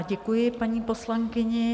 Děkuji paní poslankyni.